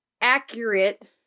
accurate